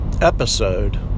episode